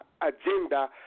agenda